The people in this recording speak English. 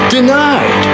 Denied